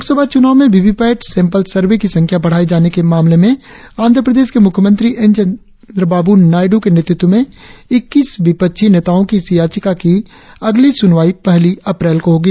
लोकसभा चुनाव में VVPAT sample survey की संख्या बढ़ाए जाने के मामले में आंध्र प्रदेश के मुख्यमंत्री एन चंद्रबाबू नायडू के नेतृत्व में इक्कीस विपक्षी नेताओं की इस याचिका की अगली सुनवाई पहली अप्रैल को होगी